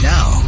Now